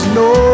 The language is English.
no